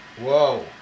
Whoa